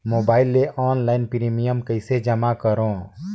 Mobile ले online premium कइसे जमा करों?